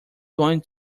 going